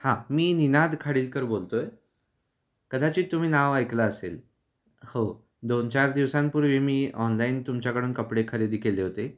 हां मी निनाद खाडीलकर बोलतो आहे कदाचित तुम्ही नाव ऐकलं असेल हो दोन चार दिवसांपूर्वी मी ऑनलाईन तुमच्याकडून कपडे खरेदी केले होते